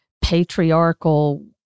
patriarchal